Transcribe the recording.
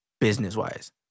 business-wise